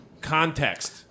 context